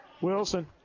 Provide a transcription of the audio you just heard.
Wilson